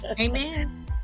Amen